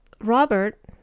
Robert